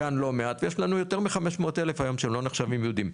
לכאן לא מעט ויש לנו יותר מחמש מאות אלף היום שלא נחשבים יהודים.